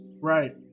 right